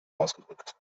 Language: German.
ausgedrückt